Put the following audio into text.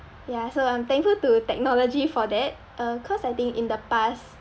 yeah so I'm thankful to technology for that uh cause I think in the past